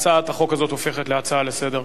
הצעת החוק הזאת הופכת להצעה לסדר-היום.